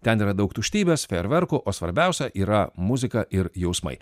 ten yra daug tuštybės fejerverkų o svarbiausia yra muzika ir jausmai